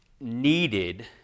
needed